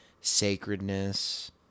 sacredness